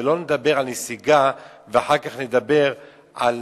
ולא נדבר על נסיגה ואחר כך נדבר על